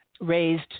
raised